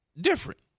different